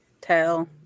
tell